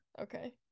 Okay